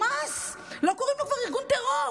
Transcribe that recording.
חמאס, כבר לא קוראים לו ארגון טרור,